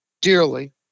dearly